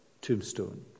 tombstone